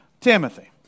Timothy